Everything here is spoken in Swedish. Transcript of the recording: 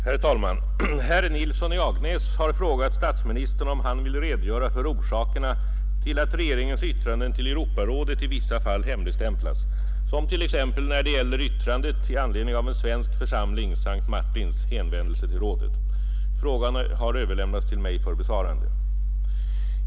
Herr talman! Herr Nilsson i Agnäs har frågat statsministern om han vill redogöra för orsakerna till att regeringens yttranden till Europarådet i vissa fall hemligstämplas, som t.ex. när det gäller yttrandet i anledning av en svensk församlings — S:t Martins — hänvändelse till rådet. Frågan har överlämnats till mig för besvarande.